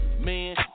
Man